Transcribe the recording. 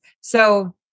So-